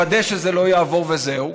לוודא שזה לא יעבור וזהו?